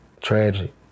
tragic